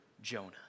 Jonah